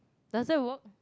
does that work